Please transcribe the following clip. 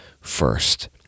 first